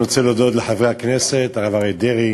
אני רוצה להודות לחברי הכנסת הרב אריה דרעי,